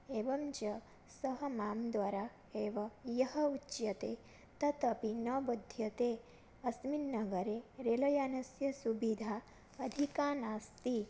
एवं च सः मां द्वारा एव यः उच्यते तदपि न बुध्यते अस्मिन् नगरे रेलयानस्य सुविधा अधिका नास्ति